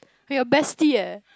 your bestie eh